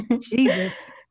Jesus